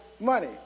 Money